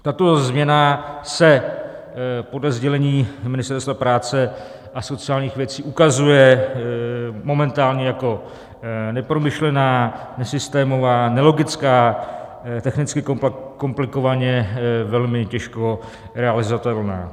Tato změna se podle sdělení Ministerstva práce a sociálních věcí ukazuje momentálně jako nepromyšlená, nesystémová, nelogická, technicky komplikovaně, velmi těžko realizovatelná.